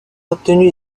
obtenu